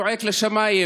משפט קצרצר לסיום.